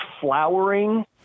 flowering